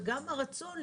וגם הרצוי,